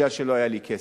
כי לא היה לי כסף.